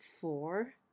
four